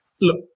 Look